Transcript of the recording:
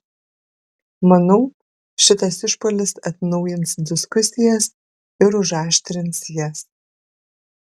manau šitas išpuolis atnaujins diskusijas ir užaštrins jas